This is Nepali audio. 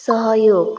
सहयोग